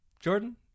Jordan